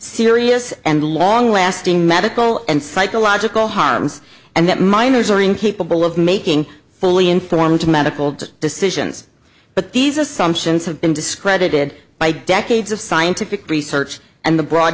serious and long lasting medical and psychological harms and that minors are incapable of making fully informed medical decisions but these assumptions have been discredited by decades of scientific research and the broad